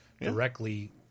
directly